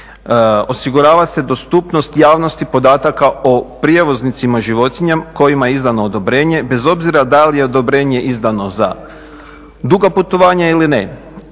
Osigurava se dostupnost javnosti podataka o prijevoznicima životinja kojima je izdano odobrenje bez obzira da li je odobrenje izdano za duga putovanja ili ne.